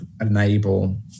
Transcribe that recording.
enable